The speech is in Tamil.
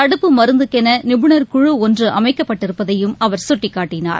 தடுப்பு மருந்துக்கெனநிபுணர்குழுஒன்றுஅமைக்கப்பட்டிருப்பதையும் அவர் சுட்டிக்காட்டினார்